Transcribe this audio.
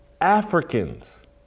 Africans